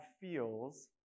feels